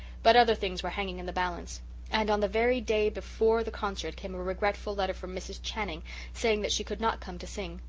but other things were hanging in the balance and on the very day before the concert came a regretful letter from mrs. channing saying that she could not come to sing.